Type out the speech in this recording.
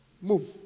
move